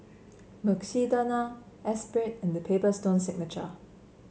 Mukshidonna Espirit and The Paper Stone Signature